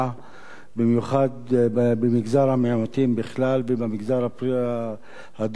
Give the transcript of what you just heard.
במיוחד במגזר המיעוטים בכלל ובמגזר הדרוזי בפרט.